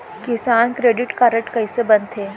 किसान credit card कइसे बनथे?